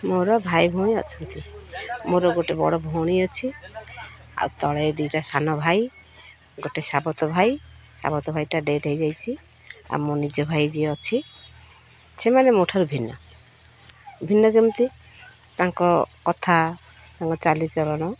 ମୋର ଭାଇ ଭଉଣୀ ଅଛନ୍ତି ମୋର ଗୋଟିଏ ବଡ଼ ଭଉଣୀ ଅଛି ଆଉ ତଳେ ଦୁଇଟା ସାନ ଭାଇ ଗୋଟିଏ ସାବତ ଭାଇ ସାବତ ଭାଇଟା ଡେଡ଼୍ ହୋଇଯାଇଛି ଆଉ ମୋ ନିଜ ଭାଇ ଯିଏ ଅଛି ସେମାନେ ମୋ ଠାରୁ ଭିନ୍ନ ଭିନ୍ନ କେମିତି ତାଙ୍କ କଥା ତାଙ୍କ ଚାଲିଚଳଣ